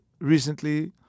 recently